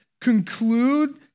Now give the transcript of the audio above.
conclude